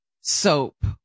soap